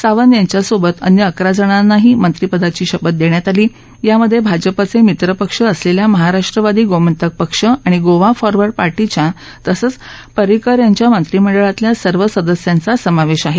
सावंत यांच्यासोबत अन्य अकरा जणांनाही मंत्रीपदाची शपथ देण्यात आली यामध्ये भाजपचे मित्र पक्ष असलेल्या महाराष्ट्रवादी गोमंतक पक्ष आणि गोवा फॉरवर्ड पार्टीच्या तसंच पर्रीकर यांच्या मंत्रीमंडळातल्या सर्व सदस्यांचा समावेश आहे